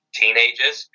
teenagers